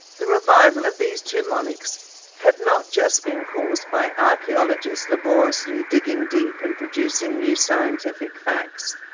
the revival of these two monarchs had not just been caused by archaeologists laboriously digging deep and producing new scientific facts.